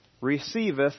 Receiveth